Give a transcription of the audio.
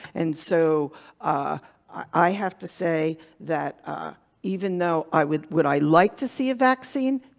and so i have to say that even though i would. would i like to see a vaccine?